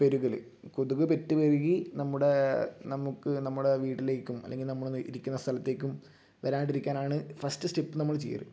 പെരുകൽ കൊതുക് പെറ്റ് പെരുകി നമ്മുടെ നമുക്ക് നമ്മുടെ വീട്ടിലേക്കും അല്ലെങ്കിൽ നമ്മളൊന്ന് ഇരിക്കുന്ന സ്ഥലത്തേക്കും വരാണ്ടിരിക്കാനാണ് ഫസ്റ്റ് സ്റ്റെപ്പ് നമ്മൾ ചെയ്യാറ്